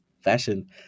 fashion